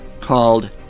called